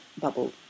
bubble